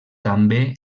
també